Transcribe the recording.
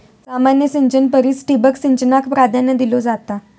सामान्य सिंचना परिस ठिबक सिंचनाक प्राधान्य दिलो जाता